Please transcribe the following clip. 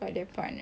!wow!